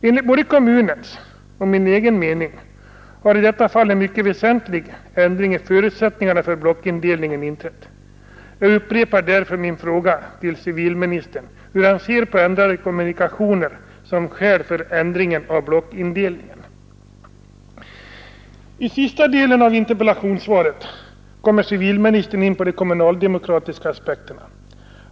Enligt både kommunens och min egen mening har i detta fall en mycket väsentlig ändring i förutsättningarna för blockindelningen inträtt. Jag upprepar därför min fråga till civilministern, hur han ser på ändrade kommunikationer som skäl för ändring av blockindelningen. I sista delen av interpellationssvaret kommer civilministern in på de kommunaldemokratiska aspekterna.